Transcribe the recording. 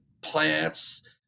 plants